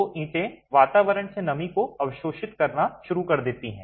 तो ईंटें वातावरण से नमी को अवशोषित करना शुरू कर देती हैं